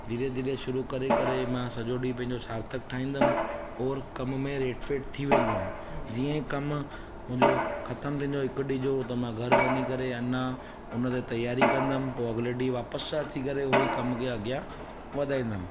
धीरे धीरे शुरु करे करे मां सॼो ॾींहुं पंहिंजो सार्थक ठाहींदुमि और कम में रेट फेट थी वेंदुमि जीअं कमु मुंहिंजो ख़तमु थींदो हिक ॾींहं जो त मां घरु वञी करे अञां हुन ते तयारी कंदुमि पोइ अॻिले ॾींहुं वापसि सां अची करे उहो ई कम खे अॻियां वधाईंदुमि